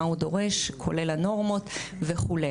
מה הוא דורש כולל הנורמות וכו'.